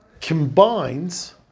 combines